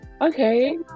okay